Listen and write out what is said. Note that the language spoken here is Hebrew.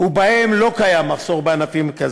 שבהם לא קיים מחסור שכזה.